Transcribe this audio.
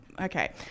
Okay